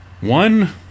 One